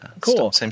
cool